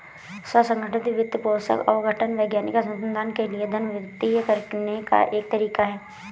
स्व संगठित वित्त पोषण आवंटन वैज्ञानिक अनुसंधान के लिए धन वितरित करने का एक तरीका हैं